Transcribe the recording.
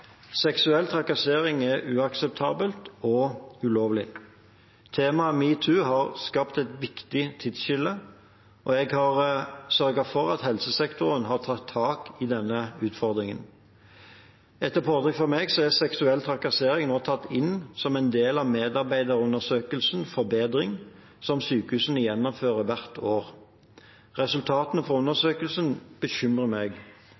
Seksuell trakassering er uakseptabelt og ulovlig. Temaet metoo har skapt et viktig tidsskille, og jeg har sørget for at helsesektoren har tatt tak i denne utfordringen. Etter påtrykk fra meg er seksuell trakassering nå tatt inn som en del av medarbeiderundersøkelsen ForBedring, som sykehusene gjennomfører hvert år. Resultatene fra undersøkelsen bekymrer meg: